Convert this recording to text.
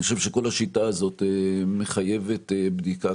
אני חושב שכל השיטה הזאת מחייבת בדיקה,